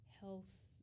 health